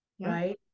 right